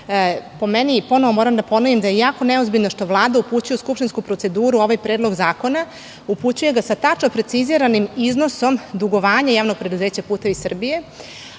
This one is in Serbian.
meni, ponovo moram da ponovim, jako je neozbiljno što Vlada upućuje u skupštinsku proceduru ovaj predlog zakona. Upućuje ga sa tačno preciziranim iznosom dugovanja JP "Putevi Srbije",